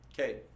okay